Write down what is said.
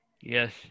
Yes